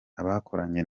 abakoranye